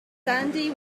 sandy